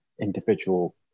individual